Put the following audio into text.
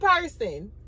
person